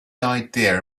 idea